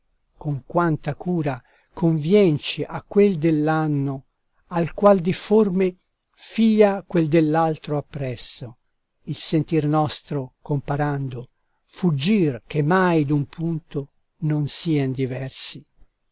con quanta cura convienci a quel dell'anno al qual difforme fia quel dell'altro appresso il sentir nostro comparando fuggir che mai d'un punto non sien diversi